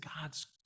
God's